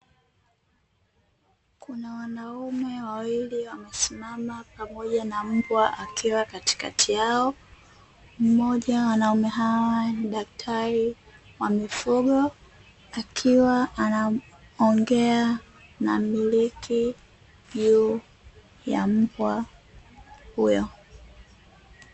Kuna wanaume wawili wamesimama pamoja na mbwa akiwa katikati yao, mmoja ya wanaume hawa ni dakitari wa mifugo, akiwa anaongea na mmiliki juu ya mbwa huyo.